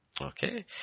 Okay